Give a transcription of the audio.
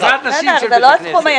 עזרת נשים של בית כנסת.